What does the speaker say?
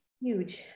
huge